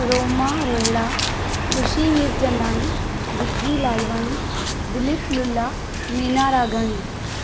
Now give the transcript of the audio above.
Roma Rohira Khushi Mirchandani Vicky Lalwani Dilip Lula Mena Raghani